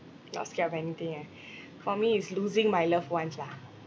not scared of anything ah for me is losing my loved ones lah